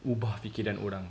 ubah pikiran orang